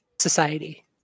society